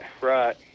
Right